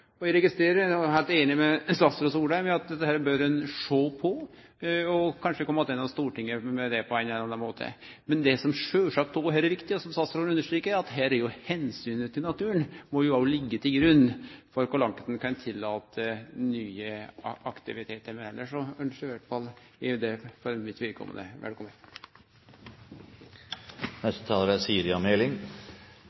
Eg er heilt einig med statsråd Solheim i at ein bør sjå på dette og kanskje kome attende til Stortinget med det på ein eller annan måte. Men det som sjølvsagt òg er viktig, og som statsråden understreka, er at her må omsynet til naturen liggje til grunn for kor langt ein kan tillate nye aktivitetar. Men elles ønskjer i alle fall eg dette velkomen. Det er ikke så ofte jeg får anledning til å rose statsråden, men det